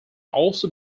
also